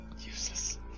Useless